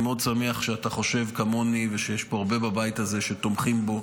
אני מאוד שמח שאתה חושב כמוני ושיש פה הרבה בבית הזה שתומכים בו,